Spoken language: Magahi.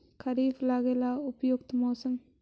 खरिफ लगाबे ला उपयुकत मौसम?